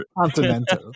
Continental